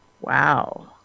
Wow